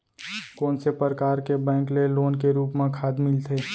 कोन से परकार के बैंक ले लोन के रूप मा खाद मिलथे?